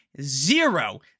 zero